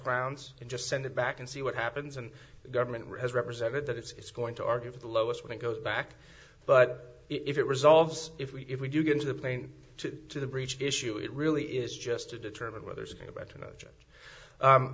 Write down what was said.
grounds and just send it back and see what happens and the government has represented that it's going to argue for the lowest when it goes back but if it resolves if we if we do get to the plane to to the breech issue it really is just to determine whether to go